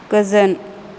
गोजोन